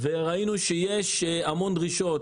ראינו שיש הרבה דרישות.